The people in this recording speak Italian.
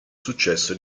successo